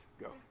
go